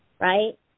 Right